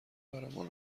برمان